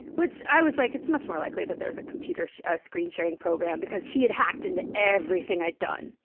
which i was like, it's much more likely that there's a computer screen sharing program, because he had hacked into everything i'd done.